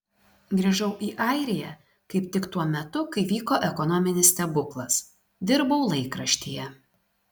grįžau į airiją kaip tik tuo metu kai vyko ekonominis stebuklas dirbau laikraštyje